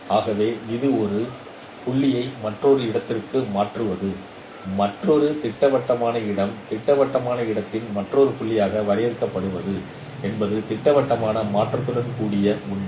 ஆகவே இது ஒரு புள்ளியை மற்றொரு இடத்திற்கு மாற்றுவது மற்றொரு திட்டவட்டமான இடம் திட்டவட்டமான இடத்தின் மற்றொரு புள்ளியாக வரையறுக்கப்படுவது என்பது திட்டவட்டமான மாற்றத்துடன் கூடிய உண்மை